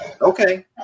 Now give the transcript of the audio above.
okay